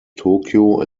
tokyo